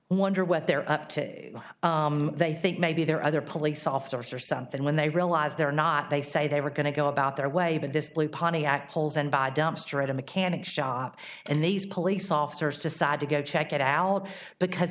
wonder what they're up to they think maybe there are other police officers or something when they realize they're not they say they were going to go about their way but this blue pontiac holes and by dumpster at a mechanic shop and these police officers decide to go check it out because